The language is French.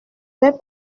vais